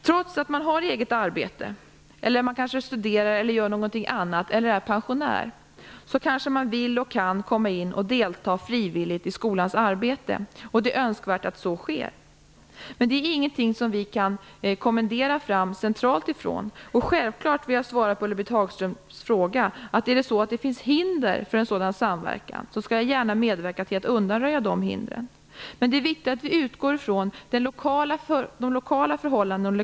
Även om man har eget arbete, eller om man är studerande eller pensionär, kanske man vill och kan delta frivilligt i skolans arbete. Och det är önskvärt att så sker. Men det är inget som vi centralt kan kommendera fram. Självklart är det så, för att svara på Ulla-Britt Hagströms fråga, att om det finns hinder för en sådan samverkan skall jag gärna medverka till att undanröja de hindren. Men det är viktigt att vi utgår ifrån skolan och de lokala förhållandena.